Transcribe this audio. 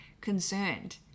concerned